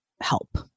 help